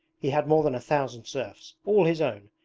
he had more than a thousand serfs, all his own,